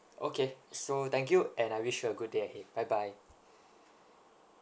okay so thank you and I wish you a good day ahead bye bye